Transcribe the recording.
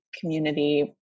community